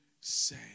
say